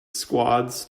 squads